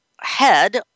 head